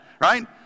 right